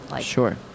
Sure